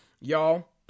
y'all